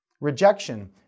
Rejection